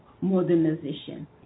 modernization